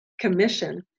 commission